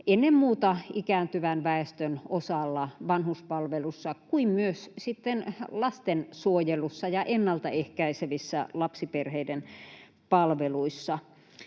ennen muuta ikääntyvän väestön osalla, vanhuspalvelussa, mutta sitten myös lastensuojelussa ja ennaltaehkäisevissä lapsiperheiden palveluissa.